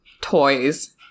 toys